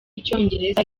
icyongereza